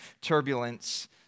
turbulence